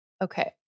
Okay